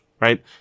Right